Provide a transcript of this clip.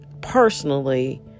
personally